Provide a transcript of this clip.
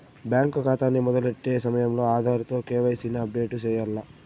bank కాతాని మొదలెట్టే సమయంలో ఆధార్ తో కేవైసీని అప్పుడేటు సెయ్యాల్ల